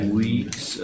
weeks